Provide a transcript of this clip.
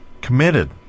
committed